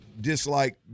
Dislike